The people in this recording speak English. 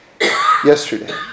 yesterday